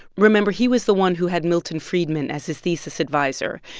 remember, he was the one who had milton friedman as his thesis adviser.